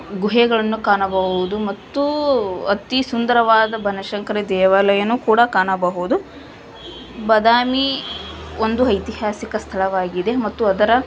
ಗುಹೆಗಳನ್ನು ಕಾಣಬಹ್ದು ಮತ್ತು ಅತೀ ಸುಂದರವಾದ ಬನಶಂಕರಿ ದೇವಾಲಯನೂ ಕೂಡ ಕಾಣಬಹುದು ಬಾದಾಮಿ ಒಂದು ಐತಿಹಾಸಿಕ ಸ್ಥಳವಾಗಿದೆ ಮತ್ತು ಅದರ